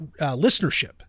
listenership